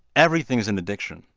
everything is an addiction.